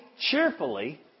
cheerfully